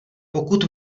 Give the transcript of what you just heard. pokud